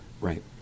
Right